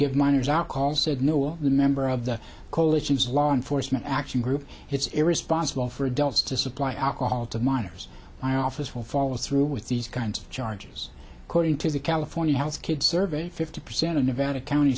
give minors out calls said no member of the coalition's law enforcement action group it's irresponsible for adults to supply alcohol to minors my office will follow through with these kinds of charges according to the california health kids survey fifty percent of nevada county